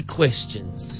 questions